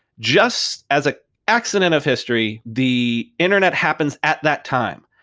just as a accident of history, the internet happens at that time.